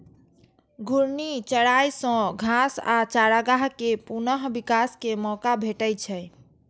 घूर्णी चराइ सं घास आ चारागाह कें पुनः विकास के मौका भेटै छै